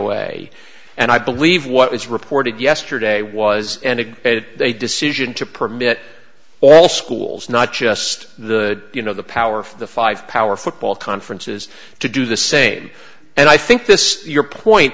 way and i believe what was reported yesterday was and again they decision to permit all schools not just the you know the power for the five power football conferences to do the same and i think this is your point